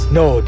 no